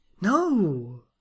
No